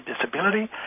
disability